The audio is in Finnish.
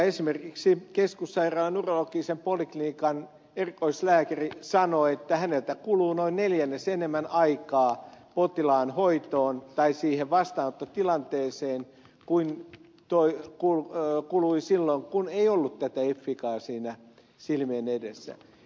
esimerkiksi keskussairaalan urologisen poliklinikan erikoislääkäri sanoi että häneltä kuluu noin neljännes enemmän aikaa potilaan hoitoon tai siihen vastaanottotilanteeseen kuin kului silloin kun ei ollut tätä efficaa siinä silmien edessä